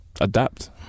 Adapt